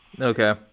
Okay